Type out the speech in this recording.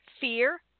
fear